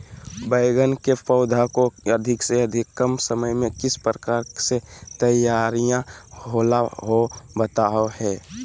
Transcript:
बैगन के पौधा को अधिक से अधिक कम समय में किस प्रकार से तैयारियां होला औ बताबो है?